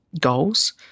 goals